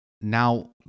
now